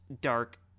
dark